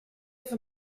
ever